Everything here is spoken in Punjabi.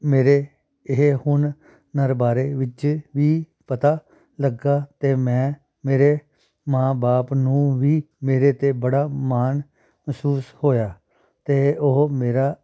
ਮੇਰੇ ਇਹ ਹੁਣ ਨਰਬਾਰੇ ਵਿੱਚ ਵੀ ਪਤਾ ਲੱਗਾ ਅਤੇ ਮੈਂ ਮੇਰੇ ਮਾਂ ਬਾਪ ਨੂੰ ਵੀ ਮੇਰੇ 'ਤੇ ਬੜਾ ਮਾਣ ਮਹਿਸੂਸ ਹੋਇਆ ਅਤੇ ਉਹ ਮੇਰਾ